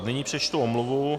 Nyní přečtu omluvu.